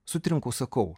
sutrinku sakau